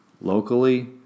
locally